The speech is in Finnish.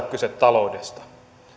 kyse taloudesta